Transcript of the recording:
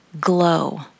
glow